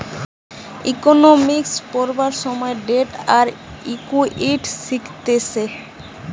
economics পড়বার সময় debt আর ইকুইটি শিখতিছে